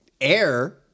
air